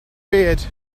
beard